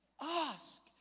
ask